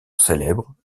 célèbre